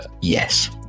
Yes